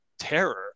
terror